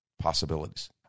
possibilities